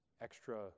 extra